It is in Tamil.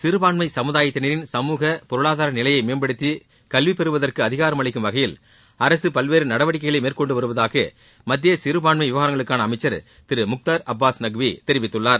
சிறுபான்மை சமுதாயத்தினரின் சமூக பொருளாதார நிலைமையை மேம்படுத்தி கல்வியை பெறுவதற்கு அதிகாரமளிக்கும் வகையில் அரசு பல்வேறு நடவடிக்கைகளை மேற்கொண்டு வருவதாக மத்திய சிறபான்மை விவகாரங்களுக்கான அமைச்சர் திரு முக்தார் அப்பாஸ் நக்வி தெரிவித்துள்ளார்